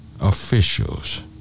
officials